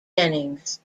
jennings